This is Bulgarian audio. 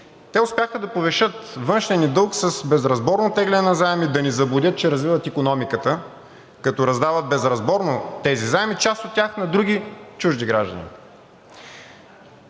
те успяха да повишат външния ни дълг с безразборно теглене на заеми, да ни заблудят, че развиват икономиката, като раздават безразборно тези заеми, част от тях на други чужди граждани.